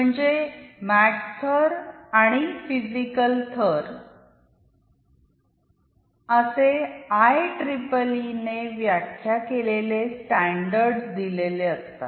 म्हणजे मेक थर आणि फिजिकल थर असे आय इ इ इ ने व्याख्या केलेले स्टॅंडर्डस दिलेले असतात